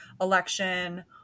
election